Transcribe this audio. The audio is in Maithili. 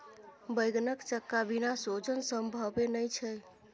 बैंगनक चक्का बिना सोजन संभवे नहि छै